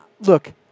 look